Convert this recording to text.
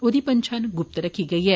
ओह्दी पंछान गुप्त रक्खी गेई ऐ